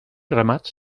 ramats